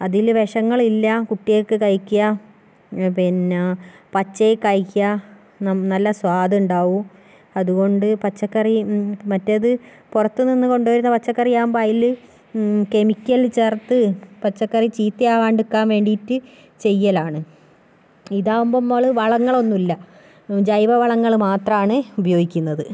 അതില് വിഷങ്ങളില്ല കുട്ടിൾക്ക് കഴിക്കാം പിന്നെ പച്ചക്ക് കഴിക്കാം നല്ല സ്വാദ് ഉണ്ടാകും അതുകൊണ്ട് പച്ചക്കറി മറ്റേത് പുറത്ത് നിന്ന് കൊണ്ടുവരുന്ന പച്ചക്കറി ആകുമ്പം അതില് കെമിക്കല് ചേർത്ത് പച്ചക്കറി ചീത്ത ആവാണ്ട് നിക്കാൻ വേണ്ടിറ്റ് ചെയ്യലാണ് ഇതാകുമ്പോ നമ്മള് വളങ്ങളൊന്നുല്ല ജൈവ വളങ്ങള് മാത്രാണ് ഉപയോഗിക്കുന്നത്